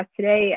today